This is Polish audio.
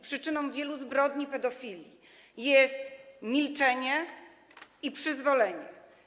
Przyczyną wielu zbrodni pedofilii jest milczenie i przyzwolenie.